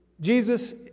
Jesus